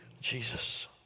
Jesus